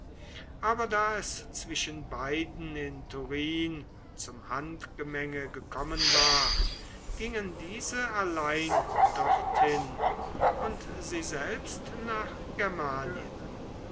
aber da es zwischen beiden in turin zum handgemenge gekommen war gingen diese allein dorthin und sie selbst nach